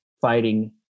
fighting